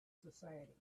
society